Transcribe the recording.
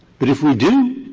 but if we do,